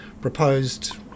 proposed